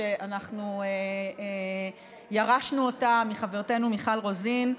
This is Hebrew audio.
שאנחנו ירשנו מחברתנו מיכל רוזין,